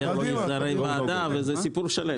זה הרי ועדה וזה סיפור שלם.